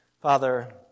Father